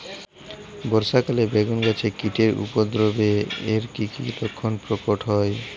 বর্ষা কালে বেগুন গাছে কীটের উপদ্রবে এর কী কী লক্ষণ প্রকট হয়?